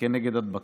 כנגד הדבקה.